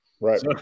Right